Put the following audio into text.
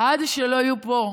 עד שלא יהיו פה,